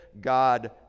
God